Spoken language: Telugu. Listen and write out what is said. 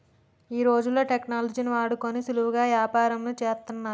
ఈ రోజుల్లో టెక్నాలజీని వాడుకొని సులువుగా యాపారంను చేత్తన్నారు